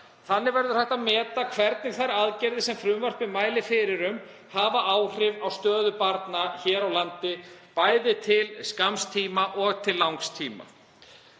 Þannig verður hægt að meta hvernig þær aðgerðir sem frumvarpið mælir fyrir um hafa áhrif á stöðu barna hér á landi, bæði til skamms tíma og til langs tíma.